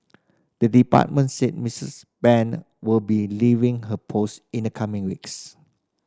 the department said Missus Brand will be leaving her post in the coming weeks